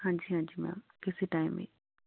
ਹਾਂਜੀ ਹਾਂਜੀ ਮੈਮ ਕਿਸੇ ਟਾਈਮ ਵੀ